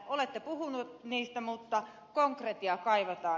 olette puhunut niistä mutta konkretiaa kaivataan